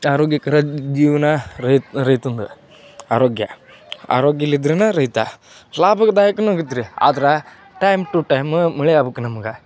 ಆರೋಗ್ಯಕರ ಜೀವನ ರೈತನ್ದು ಆರೋಗ್ಯ ಆರೋಗ್ಯಿಲ್ಲಿ ಇದ್ರನೇ ರೈತ ಲಾಭದಾಯಕವೂ ಆಗಿತ್ರಿ ಆದ್ರೆ ಟೈಮ್ ಟು ಟೈಮ್ ಮಳೆ ಆಬೇಕ್ ನಮ್ಗೆ